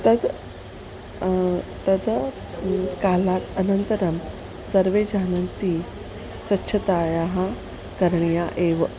तत् तदा कालात् अनन्तरं सर्वे जानन्ति स्वच्छतायाः करणीया एव